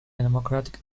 democratic